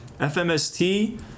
FMST